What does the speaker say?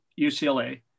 UCLA